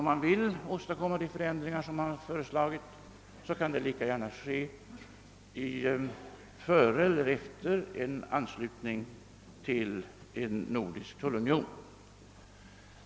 Om man vill åstadkomma de förändringar som har föreslagits, kan det lika gärna ske före som efter en anslutning till en nordisk tullunion.